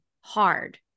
hard